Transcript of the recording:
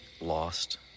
lost